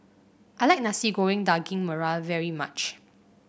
I like Nasi Goreng Daging Merah very much